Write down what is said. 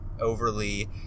overly